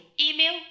Email